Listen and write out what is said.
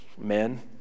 men